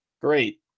great